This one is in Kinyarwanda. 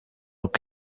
uko